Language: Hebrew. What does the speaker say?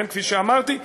כפי שאמרתי,